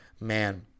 man